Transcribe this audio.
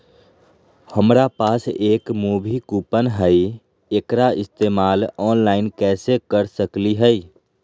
हमरा पास एक मूवी कूपन हई, एकरा इस्तेमाल ऑनलाइन कैसे कर सकली हई?